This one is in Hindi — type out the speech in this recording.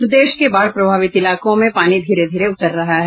प्रदेश के बाढ़ प्रभावित इलाकों में पानी धीरे धीरे उतर रहा है